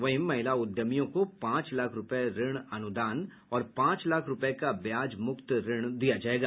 वहीं महिला उद्यमियों को पांच लाख रूपये ऋण अनुदान और पांच लाख रूपये का ब्याज मुक्त ऋण दिया जायेगा